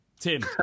Tim